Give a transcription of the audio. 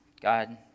God